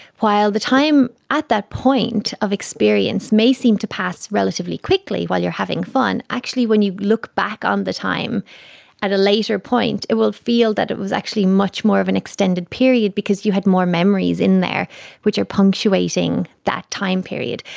while the time at that point of experience may seem to pass relatively quickly while you're having fun, actually when you look back on the time at a later point it will feel that it was actually much more of an extended period because you had more memories in there which are punctuating that time period.